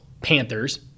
Panthers